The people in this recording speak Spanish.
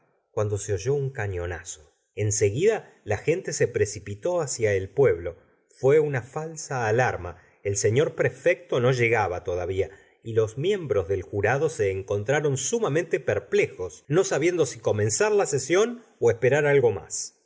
cuando se oyó un cañonazo en seguida la gente se precipitó hacia el pueblo fué una falsa alarma el señor prefecto no llegaba todavía y los miembros del jurado se encontraron sumamente perplejos no sabiendo si comenzar la sesión ó esperar algo mas